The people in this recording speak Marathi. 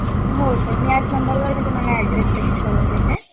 हो सर मी याच नंबरवर मी तुम्हाला ॲड्रेस टेक्स्ट करून देते